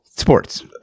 Sports